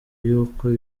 y’uko